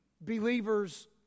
believers